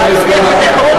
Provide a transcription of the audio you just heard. אדוני סגן השר.